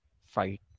fight